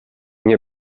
nie